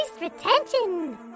retention